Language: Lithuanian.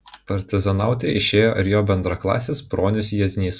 partizanauti išėjo ir jo bendraklasis bronius jieznys